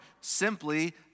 Simply